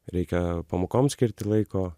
reikia pamokoms skirti laiko